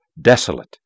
desolate